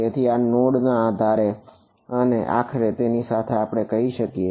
તેથી આ નોડ ના આધારે છે અને આખરે તેની સાથે આપણે કહી શકીએ